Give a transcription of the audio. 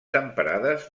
temperades